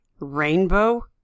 rainbow